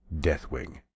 Deathwing